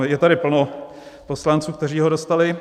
Je tady plno poslanců, kteří ho dostali: